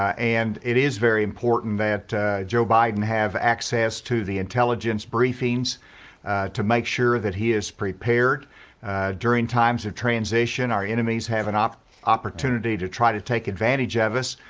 and it is very important that joe biden have access to the intelligence briefings to make sure that he is prepared during times of transition, our enemies have an opportunity to try to take advantage of us.